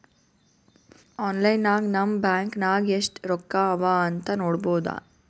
online ನಾಗ್ ನಮ್ bank ನಾಗ್ ಎಸ್ಟ್ ರೊಕ್ಕಾ ಅವಾ ಅಂತ್ ನೋಡ್ಬೋದ